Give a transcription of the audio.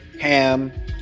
ham